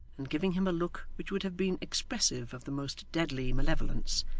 and giving him a look which would have been expressive of the most deadly malevolence,